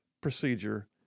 procedure